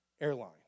airline